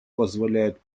позволяет